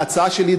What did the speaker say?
ההצעה שלי,